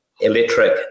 electric